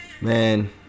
man